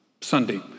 Sunday